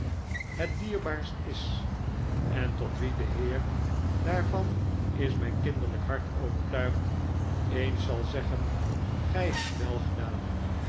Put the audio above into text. het dierbaarst is en tot wie de heer daarvan is mijn kinderlijke hart overtuigd eens zal zeggen gij hebt wel gedaan